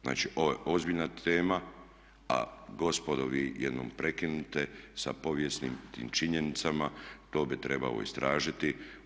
Znači ovo je ozbiljna tema a gospodo vi jednom prekinite sa povijesnim tim činjenicama, to bi trebalo istražiti.